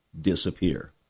disappear